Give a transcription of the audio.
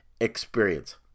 experience